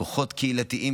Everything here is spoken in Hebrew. כוחות קהילתיים,